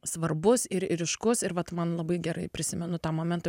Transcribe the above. svarbus ir ryškus ir vat man labai gerai prisimenu tą momentą